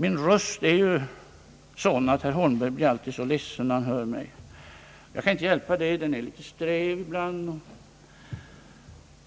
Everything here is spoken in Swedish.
Min röst är sådan att herr Holmberg alltid blir så ledsen, när han hör mig tala. Jag kan inte hjälpa att rösten är litet sträv ibland, men